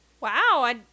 Wow